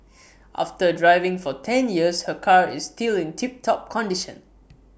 after driving for ten years her car is still in tip top condition